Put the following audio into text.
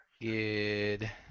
Good